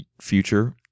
future